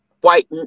white